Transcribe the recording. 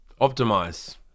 Optimize